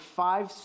five